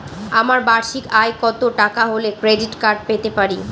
আমার বার্ষিক আয় কত টাকা হলে ক্রেডিট কার্ড পেতে পারি?